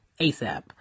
ASAP